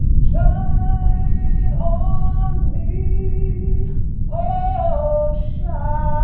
shine on me oh, shine